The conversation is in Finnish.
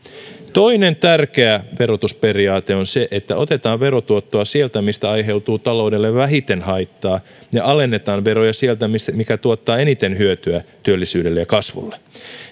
toinen tärkeä verotusperiaate on se että otetaan verotuottoa sieltä mistä aiheutuu taloudelle vähiten haittaa ja alennetaan veroja sieltä mikä tuottaa eniten hyötyä työllisyydelle ja kasvulle